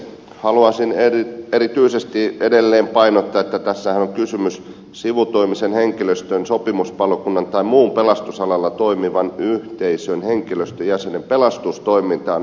haluaisin erityisesti edelleen painottaa että tässähän on kysymys sivutoimisen henkilöstön sopimuspalokunnan tai muun pelastusalalla toimivan yhteisön henkilöstön jäsenen pelastustoimintaan osallistumisesta